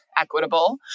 equitable